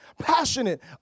Passionate